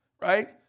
right